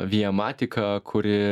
viamatiką kuri